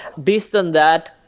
based on that,